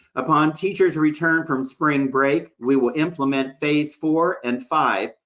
upon teacher's return from spring break, we will implement phase four and five,